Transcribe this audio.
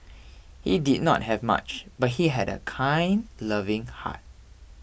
he did not have much but he had a kind loving heart